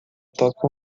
toca